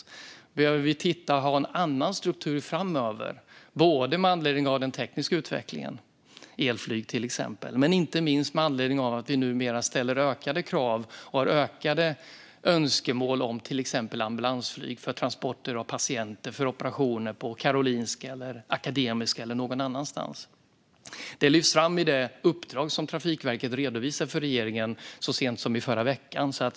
Framöver behöver vi kanske ha en annan struktur både med anledning av den tekniska utvecklingen, till exempel elflyg, och med anledning av att vi numera har ökade krav och önskemål om till exempel ambulansflyg för transporter av patienter för operationer på Karolinska, Akademiska sjukhuset eller någon annanstans. Det lyfts fram i det uppdrag som Trafikverket redovisade för regeringen så sent som i förra veckan.